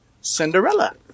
Cinderella